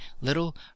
little